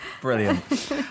Brilliant